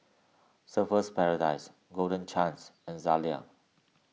Surfer's Paradise Golden Chance and Zalia